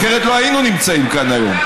אחרת, לא היינו נמצאים כאן היום.